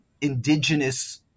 indigenous